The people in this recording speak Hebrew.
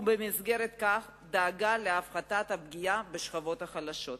ובמסגרת כך דאגה להפחתת הפגיעה בשכבות החלשות.